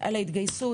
על ההתגייסות,